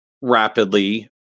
rapidly